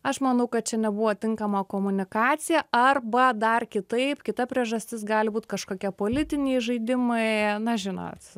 aš manau kad čia nebuvo tinkama komunikacija arba dar kitaip kita priežastis gali būti kažkokie politiniai žaidimai na žinot